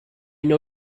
know